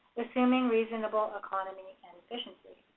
assuming reasonable economy and efficiency.